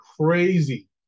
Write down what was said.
crazy